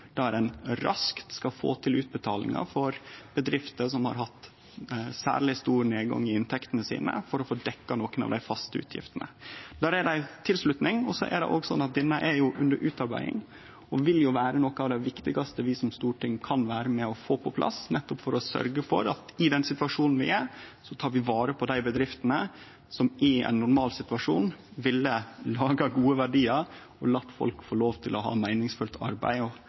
der ein raskt kan få til utbetalingar for bedrifter som har hatt særleg stor nedgang i inntektene sine, for å få dekt nokre av dei faste utgiftene. Det vil vere noko av det viktigaste vi som storting kan vere med på å få på plass, nettopp for å sørgje for at i den situasjonen vi er i, tek vi vare på dei bedriftene som i ein normalsituasjon ville ha gode verdiar og late folk ha meiningsfylt arbeid og kunne brødfø seg og familien. I tillegg gjev vi tilslutning til